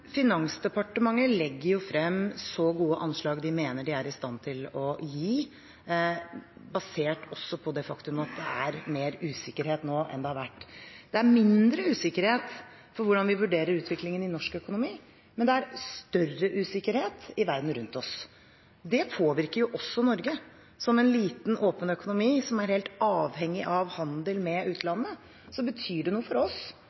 Finansdepartementet legger frem så gode anslag de mener de er i stand til å gi, også basert på det faktum at det er mer usikkerhet nå enn det har vært. Det er mindre usikkerhet når det gjelder hvordan vi vurderer utviklingen i norsk økonomi, men det er større usikkerhet i verden rundt oss. Det påvirker også Norge. Som en liten, åpen økonomi som er helt avhengig av handel med utlandet, betyr det noe for oss